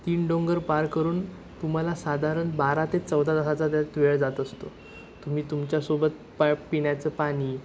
तीन डोंगर पार करून तुम्हाला साधारण बारा ते चौदा तासाचा त्यात वेळ जात असतो तुम्ही तुमच्यासोबत पा पिण्याचं पाणी